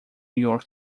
york